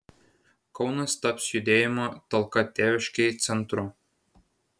kaunas taps judėjimo talka tėviškei centru